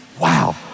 Wow